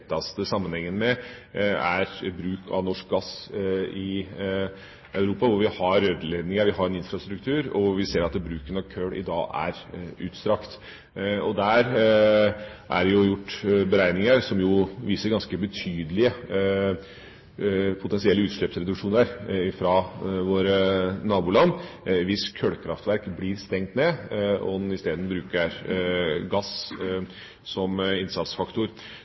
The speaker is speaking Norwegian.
med, gjelder bruk av norsk gass i Europa, hvor vi har rørledninger, hvor vi har infrastruktur, og hvor vi ser at bruken av kull i dag er utstrakt. Der er det gjort beregninger som viser ganske betydelige potensielle utslippsreduksjoner fra våre naboland hvis kullkraftverk blir stengt ned, og en isteden bruker gass som innsatsfaktor.